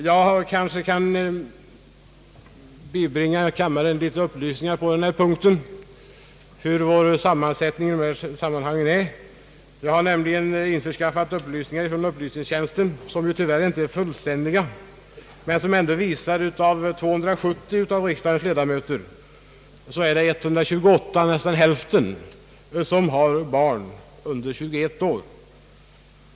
Jag kanske kan bibringa kammaren litet upplysningar om vår sammansättning i fråga om gifta och ogifta ledamöter; jag har nämligen införskaffat siffror från upplysningstjänsten, som tyvärr inte är fullständiga, men som ändå visar att av 270 riksdagsledamöter har 128 barn under 21 år.